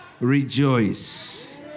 Rejoice